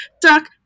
duck